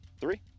three